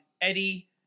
Eddie